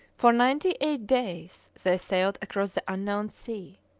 for ninety-eight days they sailed across the unknown sea,